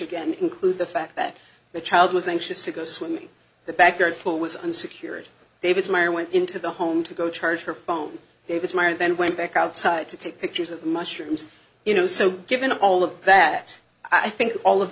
again include the fact that the child was anxious to go swimming the backyard pool was unsecured david's mother went into the home to go charge her phone david marr then went back outside to take pictures of mushrooms you know so given all of that i think all of